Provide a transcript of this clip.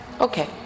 Okay